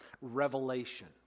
revelation